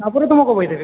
ତା ପରେ ତୁମକୁ ବହି ଦେବି